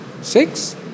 Six